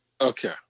Okay